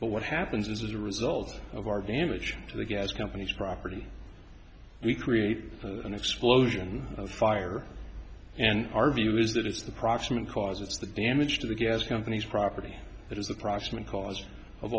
but what happens is as a result of our damage to the gas companies property we create an explosion of fire and our view is that it's the proximate cause it's the damage to the gas companies property that is the proximate cause of